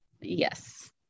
Yes